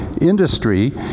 industry